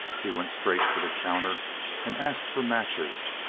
he went straight to the counter and asked for matches,